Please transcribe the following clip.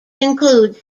include